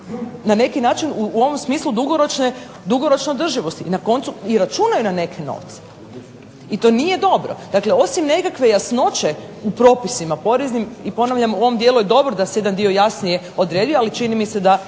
na neki način u ovom smislu dugoročne, na dugoročnoj održivosti i na koncu računaju na neke novce. I to nije dobro. Dakle, osim nekakve jasnoće u propisima poreznim i ponavljam u ovom dijelu je dobro da se jedan dio jasnije odredi, ali čini mi se da